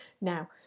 Now